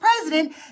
president